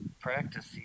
practice